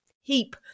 heap